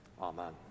Amen